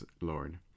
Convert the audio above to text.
Lord